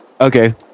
Okay